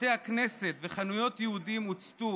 בתי הכנסת וחנויות יהודים הוצתו